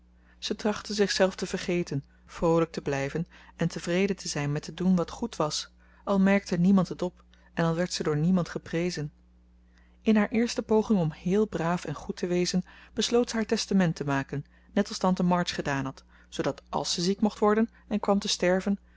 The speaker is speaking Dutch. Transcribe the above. ze trachtte zichzelf te vergeten vroolijk te blijven en tevreden te zijn met te doen wat goed was al merkte niemand het op en al werd ze door niemand geprezen in haar eerste poging om héél braaf en goed te wezen besloot zij haar testament te maken net als tante march gedaan had zoodat als ze ziek mocht worden en kwam te sterven